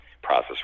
process